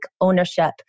ownership